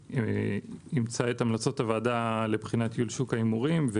אימצה את המלצות הוועדה לבחינת ייעול שוק ההימורים,